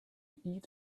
eat